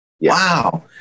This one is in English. Wow